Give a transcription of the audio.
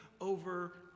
over